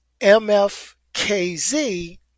MFKZ